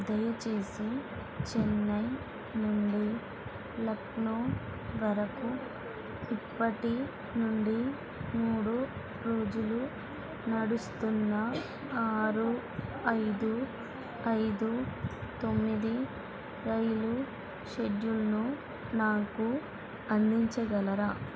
దయచేసి చెన్నై నుండి లక్నో వరకు ఇప్పటి నుండి మూడు రోజులు నడుస్తున్న ఆరు ఐదు ఐదు తొమ్మిది రైలు షెడ్యూల్ను నాకు అందించగలరా